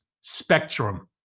Spectrum